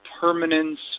permanence